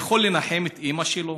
יכול לנחם את אימא שלו?